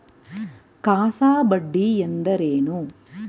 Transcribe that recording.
CASA ಬಡ್ಡಿ ಎಂದರೇನು?